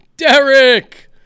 Derek